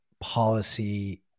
policy